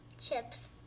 Chips